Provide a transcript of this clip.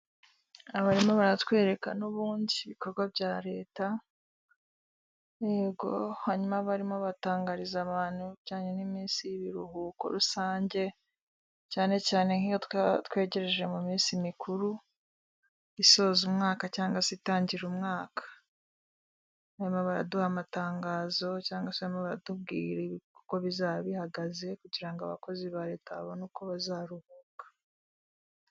Aha barimo baratwereka n'ubundi ibikorwa bya leta yego hanyuma barimo batangariza abantu ibijyanye n'iminsi y'ibiruhuko rusange, cyane cyane nk'iyo twegereje mu minsi mikuru isoza umwaka cyangwa se itangira umwaka. Baba barimo baraduha amatangazo cyangwa se barimo baratubwira uko bizaba bihagaze kugira ngo abakozi ba leta babone uko bazaruhuka.